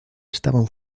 estaban